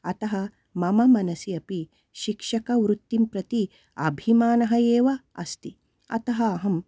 अतः मम मनसि अपि शिक्षकवृत्तिं प्रति अभिमानः एव अस्ति अतः अहम्